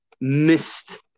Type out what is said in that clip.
missed